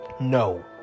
No